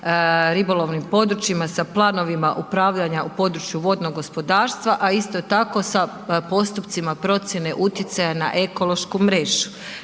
ribolovnim područjima sa planovima upravljanja u području vodnog gospodarstva, a isto tako sa postupcima procjene utjecaja na ekološku mrežu.